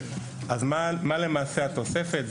אז מה למעשה התוספת?